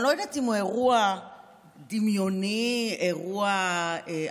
לא יודעת אם הוא אירוע דמיוני או אירוע אמיתי,